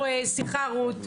סליחה, רות.